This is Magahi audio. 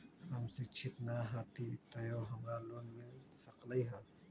हम शिक्षित न हाति तयो हमरा लोन मिल सकलई ह?